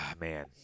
Man